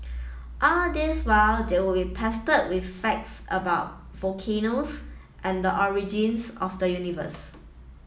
all this while they would be pestered with facts about volcanoes and the origins of the universe